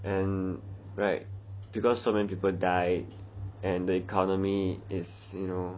and right because so many people die and the economy is you know